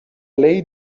lady